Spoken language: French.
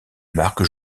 marque